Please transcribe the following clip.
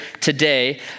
today